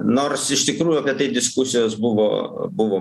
nors iš tikrųjų apie tai diskusijos buvo buvo